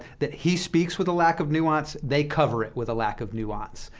that he speaks with a lack of nuance, they cover it with a lack of nuance.